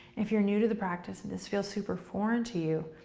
if you're new to the practice and this feels super foreign to you,